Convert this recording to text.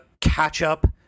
catch-up